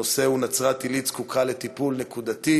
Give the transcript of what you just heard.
הנושא הוא: נצרת-עילית זקוקה לטיפול נקודתי,